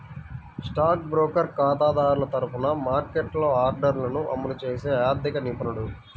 stock broker ఖాతాదారుల తరపున మార్కెట్లో ఆర్డర్లను అమలు చేసే ఆర్థిక నిపుణుడు